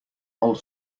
old